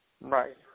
Right